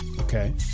Okay